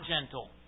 gentle